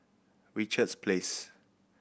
Richards Place